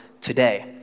today